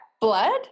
Blood